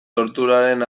torturaren